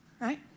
right